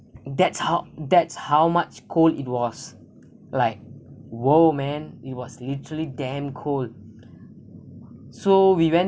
and that's how that's how much cold it was like !wow! man it was literally damn cold so we went